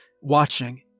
watching